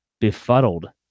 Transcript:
befuddled